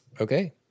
Okay